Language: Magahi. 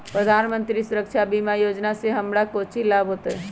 प्रधानमंत्री सुरक्षा बीमा योजना से हमरा कौचि लाभ होतय?